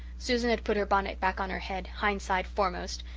susan had put her bonnet back on her head, hindside foremost,